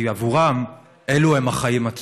כי עבורם אלו הם החיים עצמם.